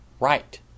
right